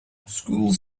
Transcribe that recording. schools